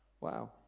Wow